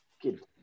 kid